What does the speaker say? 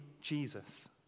Jesus